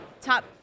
top